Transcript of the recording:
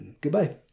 goodbye